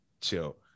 chill